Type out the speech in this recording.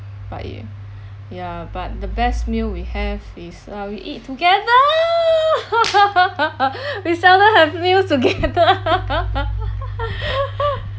but it ya but the best meal we have is uh we eat together we seldom have meals together